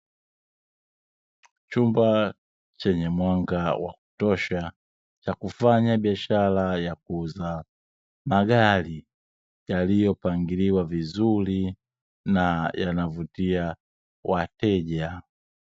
Chumba chenye mwanga wa kutosha cha kufanya biashara ya kuuza magari yaliyopangiliwa vizuri na yanavutia wateja.